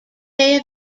day